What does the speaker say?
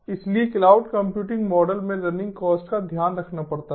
इसलिए cloud computing model में running cost का ध्यान रखना पड़ता है